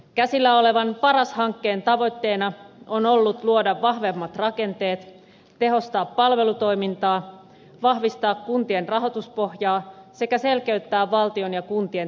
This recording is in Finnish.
käsillä olevan paras hankkeen tavoitteena on ollut luoda vahvemmat rakenteet tehostaa palvelutoimintaa vahvistaa kuntien rahoituspohjaa sekä selkeyttää valtion ja kuntien tehtävänjakoa